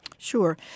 Sure